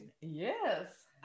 Yes